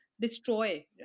destroy